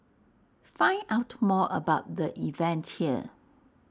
find out more about the event here